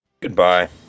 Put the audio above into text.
Goodbye